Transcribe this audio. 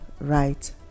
Right